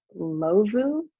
Lovu